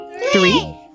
Three